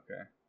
Okay